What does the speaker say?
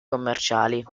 commerciali